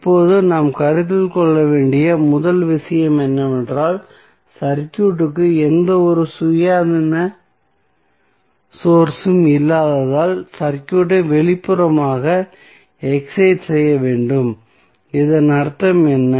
இப்போது நாம் கருத்தில் கொள்ள வேண்டிய முதல் விஷயம் என்னவென்றால் சர்க்யூட்க்கு எந்தவொரு சுயாதீன சோர்ஸ் உம் இல்லாததால் சர்க்யூட்டை வெளிப்புறமாக எக்ஸைட் செய்ய வேண்டும் இதன் அர்த்தம் என்ன